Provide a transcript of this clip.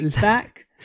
back